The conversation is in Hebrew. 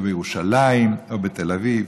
בירושלים או בתל אביב?